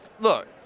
Look